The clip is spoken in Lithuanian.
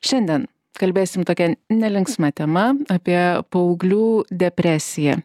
šiandien kalbėsime tokia nelinksma tema apie paauglių depresiją